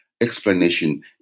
explanation